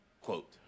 quote